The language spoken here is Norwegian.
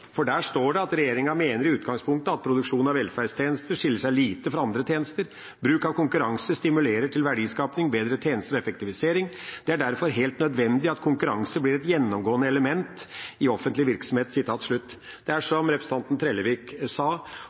regjeringsplattformen. Der står det at regjeringa mener i utgangspunktet at «produksjon av velferdstjenester skiller seg lite fra andre tjenester. Bruk av konkurranse stimulerer til verdiskaping, bedre tjenester og effektivisering. Det er derfor helt nødvendig at konkurranse blir et gjennomgående element i offentlig virksomhet.» Det er som representanten Trellevik sa,